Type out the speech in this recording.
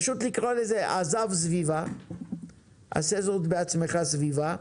פשוט לקרוא לזה עז"ב סביבה, עשה זאת בעצמך סביבה,